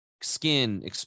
Skin